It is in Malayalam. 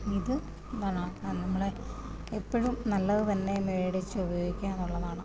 ഇത് എന്താണ് നമ്മൾ എപ്പോ ഴും നല്ലത് തന്നെ മേടിച്ചു ഉപയോഗിക്കാമെന്നുള്ളതാണ്